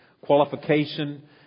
qualification